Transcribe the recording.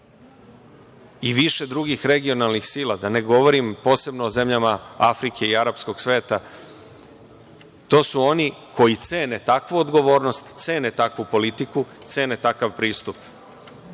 i više drugih regionalnih sila, da ne govorim posebno o zemljama Afrike i arapskog sveta, to su oni koji cene takvu odgovornost, cene takvu politiku, cene takav